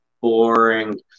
boring